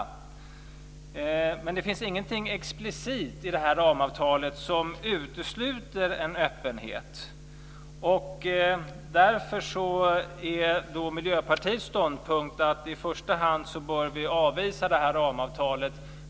Men det finns ingenting explicit i ramavtalet som utesluter en öppenhet. Därför är Miljöpartiets ståndpunkt i första hand att vi bör avvisa ramavtalet.